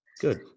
good